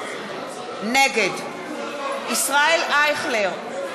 נגד ישראל אייכלר,